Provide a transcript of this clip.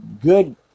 good